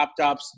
laptops